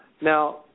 Now